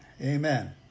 Amen